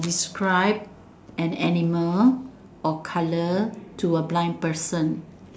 describe an animal or color to a blind person